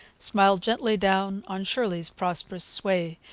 smiled gently down on shirley's prosperous sway,